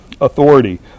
authority